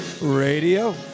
Radio